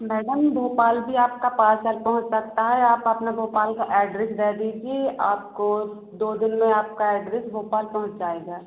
madam Bhopal भी आपका parcel पहुँच सकता है आप अपने भोपाल का एड्रेस दे दीजिए आपको दो दिन में आपका एड्रेस भोपाल पहुँच जाएगा